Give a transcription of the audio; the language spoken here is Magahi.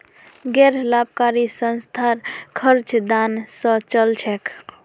गैर लाभकारी संस्थार खर्च दान स चल छेक